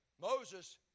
Moses